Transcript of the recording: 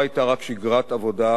שגם בה למדתי מגדעון רבות.